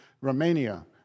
Romania